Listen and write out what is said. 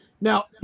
Now